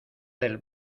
del